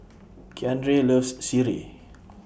Keandre loves Sireh